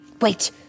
Wait